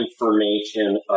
information